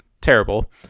terrible